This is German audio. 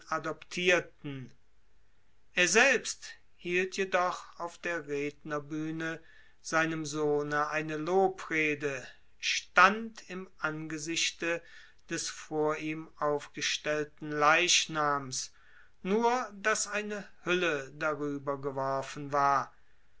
adoptirten er selbst hielt jedoch auf der rednerbühne seinem sohne eine lobrede stand im angesichte des vor ihm aufgestellten leichnams nur daß eine hülle darüber geworfen war